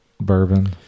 bourbon